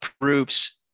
groups